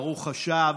ברוך השב.